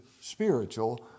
spiritual